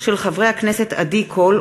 של חברי הכנסת עדי קול,